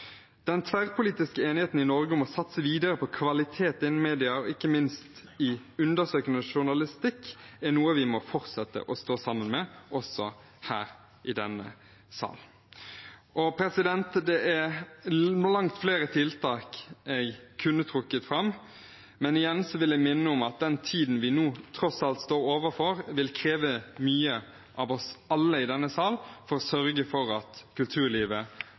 Den tverrpolitiske enigheten i Norge om å satse videre på kvalitet innen media og ikke minst i undersøkende journalistikk er noe vi må fortsette å stå sammen om, også her i denne sal. Det er langt flere tiltak jeg kunne trukket fram, men igjen vil jeg minne om at den tiden vi nå tross alt står overfor, vil kreve mye av oss alle i denne sal for å sørge for at kulturlivet,